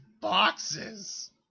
boxes